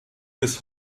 bis